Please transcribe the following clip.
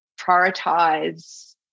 prioritize